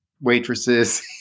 waitresses